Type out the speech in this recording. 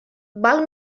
val